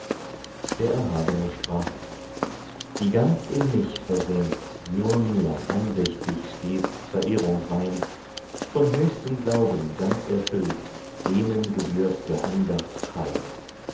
der erhabene sprach die ganz in mich versenkt nur mir andächtig stets verehrung weihn von höchstem glauben ganz erfüllt denen gebührt der andacht preis